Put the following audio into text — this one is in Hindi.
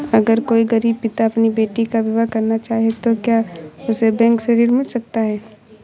अगर कोई गरीब पिता अपनी बेटी का विवाह करना चाहे तो क्या उसे बैंक से ऋण मिल सकता है?